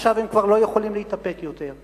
עכשיו הם כבר לא יכולים להתאפק יותר.